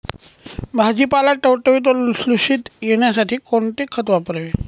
भाजीपाला टवटवीत व लुसलुशीत येण्यासाठी कोणते खत वापरावे?